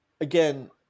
Again